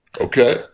Okay